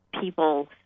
people